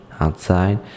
outside